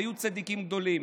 ויהיו צדיקים גדולים.